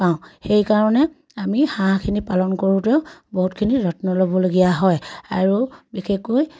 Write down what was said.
পাওঁ সেইকাৰণে আমি হাঁহখিনি পালন কৰোঁতেও বহুতখিনি যত্ন ল'বলগীয়া হয় আৰু বিশেষকৈ